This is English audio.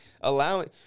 allowing